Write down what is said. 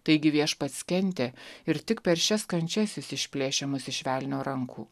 taigi viešpats kentė ir tik per šias kančias jis išplėšiamas iš velnio rankų